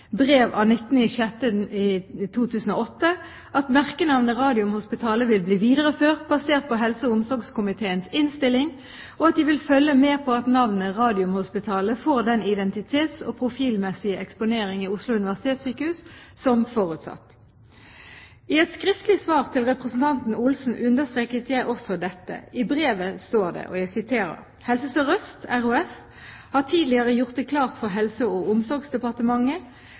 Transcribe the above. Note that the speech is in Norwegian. brev av 19. juni 2008, at merkenavnet Radiumhospitalet vil bli videreført basert på helse- og omsorgskomiteens innstilling, og at de vil følge med på at navnet Radiumhospitalet får den identitets- og profilmessige eksponering i Oslo universitetssykehus som forutsatt. I et skriftlig svar til representanten Olsen understreket jeg også dette. I brevet står det: «Helse Sør-Øst RHF har tidligere gjort det klart for Helse- og omsorgsdepartementet